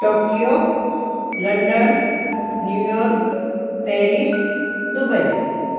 Tokyo London New York Paris Dubai